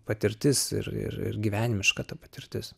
patirtis ir ir ir gyvenimiška ta patirtis